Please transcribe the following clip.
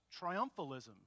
triumphalism